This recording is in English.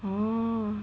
orh